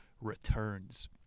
returns